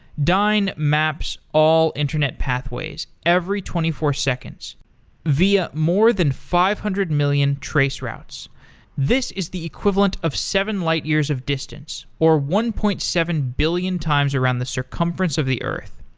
dyn maps all internet pathways every twenty four seconds via more than five hundred million traceroutes. this is the equivalent of seven light years of distance, or one point seven billion times around the circumference of the earth.